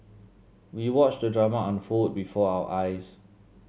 we watched the drama unfold before our eyes